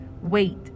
wait